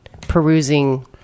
perusing